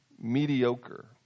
mediocre